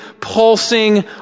pulsing